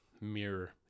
mirror